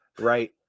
right